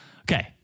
Okay